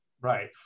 Right